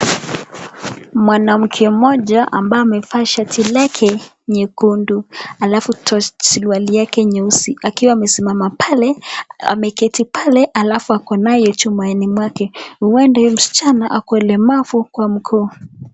Mwanamke mmoja ambaye amevaa shati lake nyekundu alafu suruali yake nyeusi akiwa ameketi pale alafu akonayo chumani mwake, ueda hio msichana ako ulemavu kwa mguu.